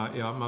ja